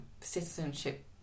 citizenship